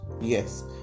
Yes